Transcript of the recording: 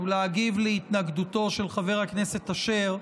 ולהגיב להתנגדותו של חבר הכנסת אשר.